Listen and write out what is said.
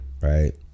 right